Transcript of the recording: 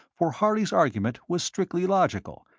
for harley's argument was strictly logical,